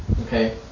Okay